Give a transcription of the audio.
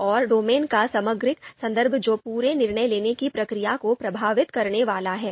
और डोमेन का समग्र संदर्भ जो पूरे निर्णय लेने की प्रक्रिया को प्रभावित करने वाला है